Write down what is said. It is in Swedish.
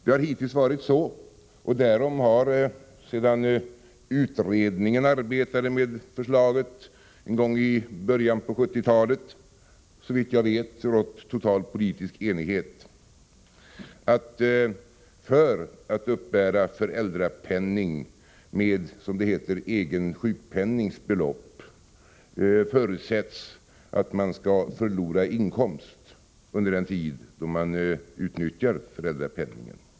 Sedan utredningen började arbeta med förslaget någon gång i början av 1970-talet har det, såvitt jag vet, rått total politisk enighet om att för att uppbära föräldrapenning med, som det heter, egen sjukpennings belopp, förutsätts att man skall förlora inkomst under den tid då föräldrapenningen utnyttjas.